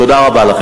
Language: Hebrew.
תודה רבה לכם.